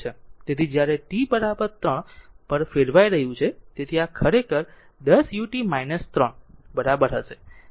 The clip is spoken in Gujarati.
તેથી જ્યારે તે t 3 પર ફેરવાઈ રહ્યું છે તેથી આ ખરેખર 10 ut 3 બરાબર હશે